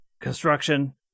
construction